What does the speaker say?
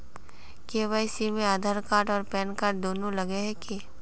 KYC में Aadhaar card आर PAN card दुनू लगे है की?